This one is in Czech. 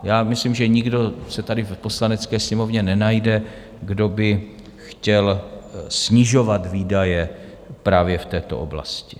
Já myslím, že nikdo se tady v Poslanecké sněmovně nenajde, kdo by chtěl snižovat výdaje právě v této oblasti.